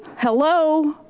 hello?